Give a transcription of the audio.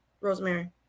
rosemary